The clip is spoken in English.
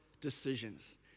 decisions